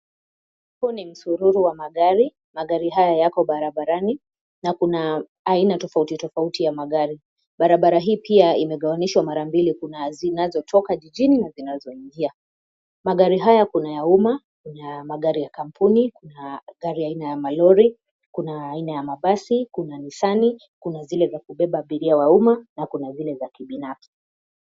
Huu ni msururu wa magari, magari hayo yako barabarani, na kuna aina tofauti, tofauti ya magari. Barabara hii pia imegawanyishwa mara mbili; kuna zinazotoka jijini na zinazoingia. Magari hayo kuna ya umma, kuna magari ya kampuni, kuna gari aina ya malori, kuna aina ya mabasi, kuna Nissan na zile za kubeba abiria wa umma na kuna zile za kibinafsi.